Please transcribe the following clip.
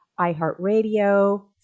iHeartRadio